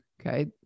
Okay